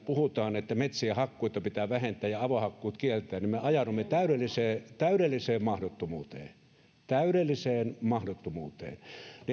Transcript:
puhutaan että metsien hakkuita pitää vähentää ja avohakkuut kieltää niin me ajaudumme täydelliseen täydelliseen mahdottomuuteen täydelliseen mahdottomuuteen